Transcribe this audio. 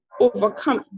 overcome